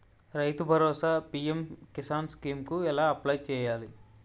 రైతు భరోసా PM Kisan scheme కు ఎలా అప్లయ్ చేయాలి?